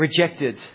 rejected